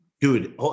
Dude